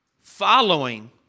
following